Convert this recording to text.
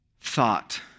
thought